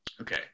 Okay